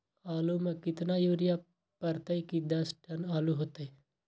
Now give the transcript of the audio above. आलु म केतना यूरिया परतई की दस टन आलु होतई?